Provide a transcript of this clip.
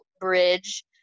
bridge